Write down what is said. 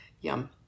Yum